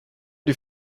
die